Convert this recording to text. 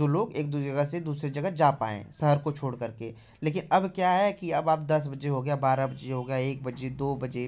जो लोग एक दाे जगह से दूसरी जगह जा पाएँ शहर को छोड़ कर के लेकिन अब क्या है कि अब आप दस बजे हो गया बारह बजे हो गया एक बजे दो बजे